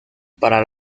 para